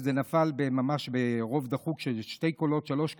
וזה נפל ממש ברוב דחוק של שניים-שלושה קולות.